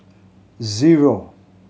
zero